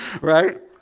Right